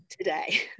today